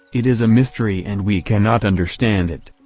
it is a mystery and we cannot understand it.